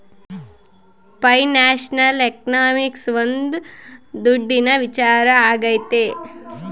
financial economics ಒಂದ್ ದುಡ್ಡಿನ ವಿಚಾರ ಆಗೈತೆ